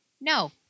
No